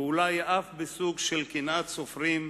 ואולי אף בסוג של קנאת סופרים,